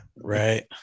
right